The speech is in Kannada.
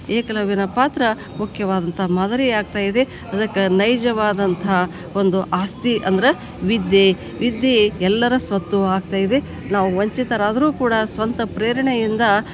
ಏಕಲವ್ಯನ ಪಾತ್ರ ಮುಖ್ಯವಾದಂಥ ಮಾದರಿ ಆಗ್ತಾ ಇದೆ ಅದಕ್ಕೆ ನೈಜವಾದಂಥ ಒಂದು ಆಸ್ತಿ ಅಂದ್ರೆ ವಿದ್ಯೆ ವಿದ್ಯೆ ಎಲ್ಲರ ಸ್ವತ್ತು ಆಗ್ತಾ ಇದೆ ನಾವು ವಂಚಿತರಾದರೂ ಕೂಡ ಸ್ವಂತ ಪ್ರೇರಣೆಯಿಂದ